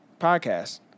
podcast